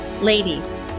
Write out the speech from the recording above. Ladies